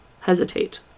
hesitate